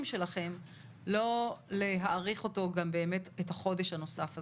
שלכם לא להאריך אותו גם באמת את החודש הנוסף הזה.